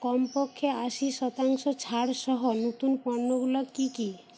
কমপক্ষে আশি শতাংশ ছাড় সহ নতুন পণ্যগুলো কী কী